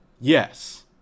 Yes